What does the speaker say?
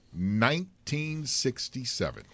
1967